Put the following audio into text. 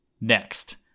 Next